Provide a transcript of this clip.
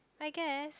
I guess